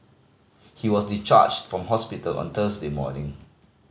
he was discharged from hospital on Thursday morning